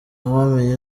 wamenya